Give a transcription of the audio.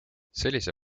sellise